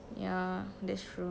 ya that's true